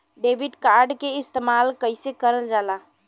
Debit card के इस्तेमाल कइसे करल जाला?